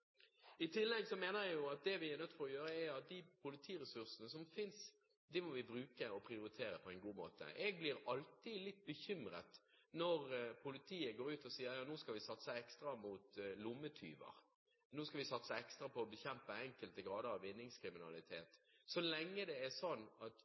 I tillegg mener jeg at det vi er nødt til å gjøre, er å bruke og prioritere de politiressursene som finnes, på en god måte. Jeg blir alltid litt bekymret når politiet går ut og sier at de nå skal ha en ekstra satsing på å bekjempe lommetyver og enkelte typer vinningskriminalitet, så lenge det er sånn at